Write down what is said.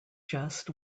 just